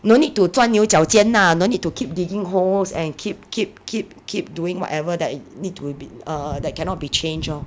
no need to 钻牛角尖 ah no need to keep digging holes and keep keep keep keep doing whatever that need to be err that cannot be change orh